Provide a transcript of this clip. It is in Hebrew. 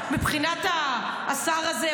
מבחינת השר הזה,